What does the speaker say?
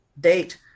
date